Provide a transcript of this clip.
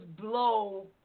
Blow